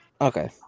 Okay